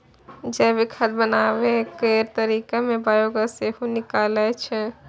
जैविक खाद बनाबै केर तरीका मे बायोगैस सेहो निकलै छै